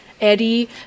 Eddie